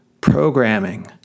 programming